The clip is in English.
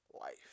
Life